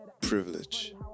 privilege